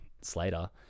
Slater